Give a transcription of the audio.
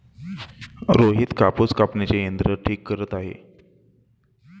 रोहित कापूस कापण्याचे यंत्र ठीक करत आहे